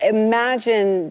imagine